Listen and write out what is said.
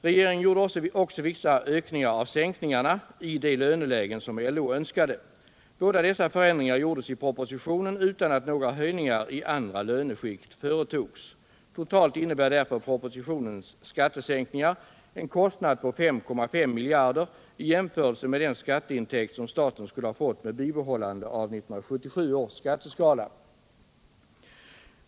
Regeringen gjorde också vissa skattesänkningar i de lönelägen där LO önskade det. Båda dessa förändringar gjordes i propositionen utan att några begränsningar i andra löneskikt företogs. Totalt innebär propositionens skattesänkningar en kostnad på 5,5 miljarder i jämförelse med den skatteintäkt staten skulle ha fått vid ett bibehållande av 1977 års skatteskala.